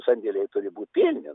sandėliai turi būt pilni